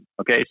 Okay